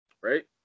right